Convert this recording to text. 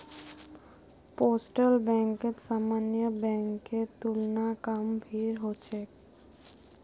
postal बैंकत सामान्य बैंकेर तुलना कम भीड़ ह छेक